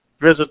visit